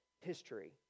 history